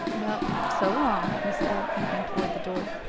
well, so long, he said, moving toward the door.